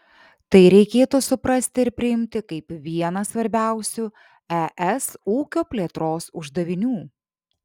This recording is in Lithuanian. tai reikėtų suprasti ir priimti kaip vieną svarbiausių es ūkio plėtros uždavinių